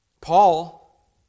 Paul